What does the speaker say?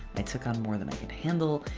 i took on more than i could handle.